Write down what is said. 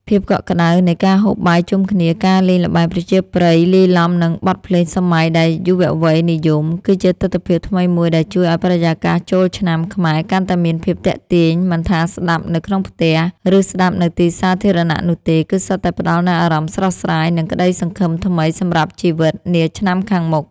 ភាពកក់ក្តៅនៃការហូបបាយជុំគ្នា ការលេងល្បែងប្រជាប្រិយលាយឡំនឹងបទភ្លេងសម័យដែលយុវវ័យនិយម គឺជាទិដ្ឋភាពថ្មីមួយដែលជួយឱ្យបរិយាកាសចូលឆ្នាំខ្មែរកាន់តែមានភាពទាក់ទាញ មិនថាស្តាប់នៅក្នុងផ្ទះ ឬស្តាប់នៅទីសាធារណៈនោះទេ គឺសុទ្ធតែផ្តល់នូវអារម្មណ៍ស្រស់ស្រាយ និងក្តីសង្ឃឹមថ្មីសម្រាប់ជីវិតនាឆ្នាំខាងមុខ។